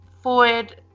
forward